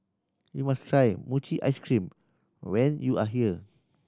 you must try mochi ice cream when you are here